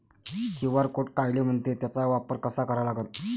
QR code कायले म्हनते, त्याचा वापर कसा करा लागन?